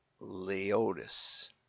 Leotis